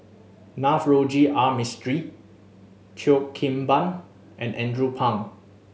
Navroji R Mistri Cheo Kim Ban and Andrew Phang